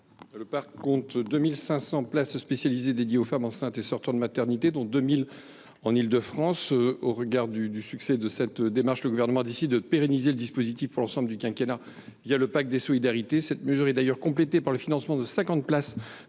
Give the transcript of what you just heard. à l’abri compte 2 500 places spécialisées affectées aux femmes enceintes et sortant de maternité, dont 2 000 en Île de France. Au regard du succès de cette démarche, le Gouvernement a décidé de pérenniser le dispositif pour l’ensemble du quinquennat le Pacte des solidarités. Cette mesure est complétée par le financement de 50 lits